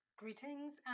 Greetings